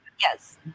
Yes